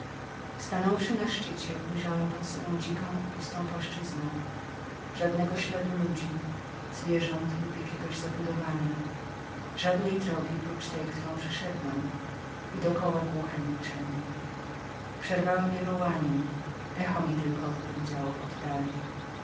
nie się dostać stanąwszy na szczycie ujrzałem pod sobą dziką i pustą płaszczyznę żadnego śladu ludzi zwierząt lub jakiego mieszkania żadnej drogi prócz tej którą przyszedłem i dokoła głuche milczenie przerwałem je wołaniem echo mi tylko odpowiedziało w oddali